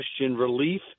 relief